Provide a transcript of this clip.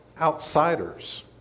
outsiders